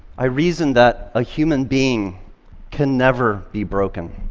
i reasoned that a human being can never be broken.